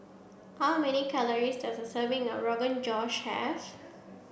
how many calories does a serving of Rogan Josh have